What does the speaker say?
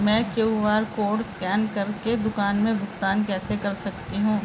मैं QR code scan कर के दुकान में भुगतान कैसे कर सकती हूँ?